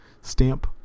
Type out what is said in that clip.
stamp